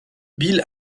bill